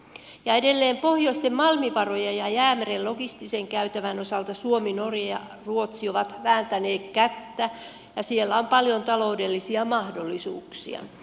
ja edelleen pohjoisten malmivarojen ja jäämeren logistisen käytävän osalta suomi norja ja ruotsi ovat vääntäneet kättä ja siellä on paljon taloudellisia mahdollisuuksia